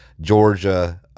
Georgia